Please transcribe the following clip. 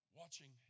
watching